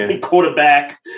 quarterback